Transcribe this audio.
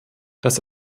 das